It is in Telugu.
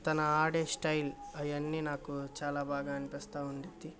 తను ఆడే స్టైల్ అయన్ని నాకు చాలా బాగా అనిపిస్తూ ఉండుద్ది